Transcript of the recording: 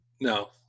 No